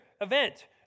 event